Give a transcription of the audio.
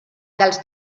dels